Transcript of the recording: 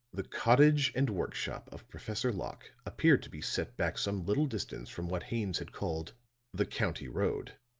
the cottage and work-shop of professor locke appeared to be set back some little distance from what haines had called the county road